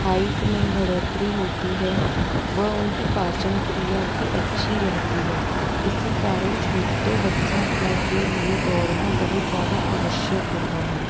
height में बढ़ोतरी होती है व उनकी पाचन क्रिया भी अच्छी रहती है इसी कारण छोटे बच्चों का के लिए दौड़ना बहुत ज़्यादा आवश्यक होता है